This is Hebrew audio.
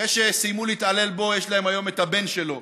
אחרי שסיימו להתעלל בו, יש להם היום את הבן שלו